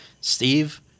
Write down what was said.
Steve